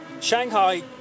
shanghai